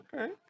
okay